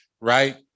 right